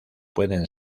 pueden